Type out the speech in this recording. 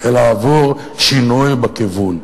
עבור שינוי בכיוון,